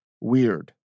weird